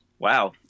wow